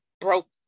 broke